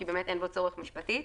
כי אין בו צורך משפטי.